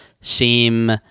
seem